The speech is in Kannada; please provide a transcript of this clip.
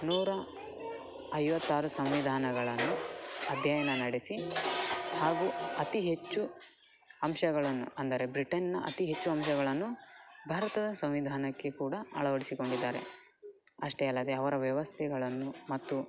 ನೂರಾ ಐವತ್ತಾರು ಸಂವಿಧಾನಗಳನ್ನು ಅಧ್ಯಯನ ನಡೆಸಿ ಹಾಗೂ ಅತಿ ಹೆಚ್ಚು ಅಂಶಗಳನ್ನು ಅಂದರೆ ಬ್ರಿಟನ್ನಿನ ಅತಿ ಹೆಚ್ಚು ಅಂಶಗಳನ್ನು ಭಾರತದ ಸಂವಿಧಾನಕ್ಕೆ ಕೂಡ ಅಳವಡಿಸಿಕೊಂಡಿದ್ದಾರೆ ಅಷ್ಟೇ ಅಲ್ಲದೆ ಅವರ ವ್ಯವಸ್ಥೆಗಳನ್ನು ಮತ್ತು